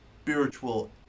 spiritual